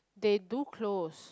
they do close